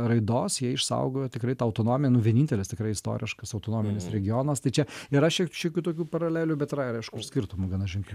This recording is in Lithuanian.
raidos jie išsaugojo tikrai tą autonomiją nu vienintelis tikrai istoriškas autonominis regionas tai čia yra šie šiokių tokių paralelių bet yra ir aišku ir skirtumų gana ženklių